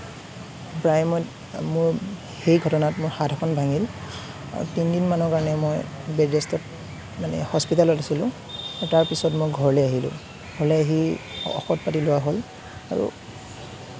প্ৰায় মই মোৰ সেই ঘটনাত মোৰ হাত এখন ভাঙিল তিনদিনমানৰ কাৰণে মই বেড ৰেষ্টত মানে হস্পিতেলত আছিলোঁ আৰু তাৰ পিছত মই ঘৰলৈ আহিলোঁ ঘৰলৈ আহি ঔষধ পাতি লোৱা হ'ল আৰু